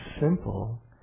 simple